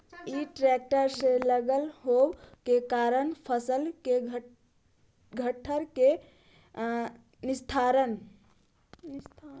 इ ट्रेक्टर से लगल होव के कारण फसल के घट्ठर के निस्तारण क्षेत्र तक पहुँचा देवऽ हई